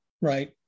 right